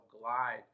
glide